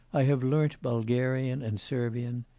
i have learnt bulgarian and servian.